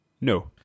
No